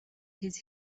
his